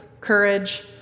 courage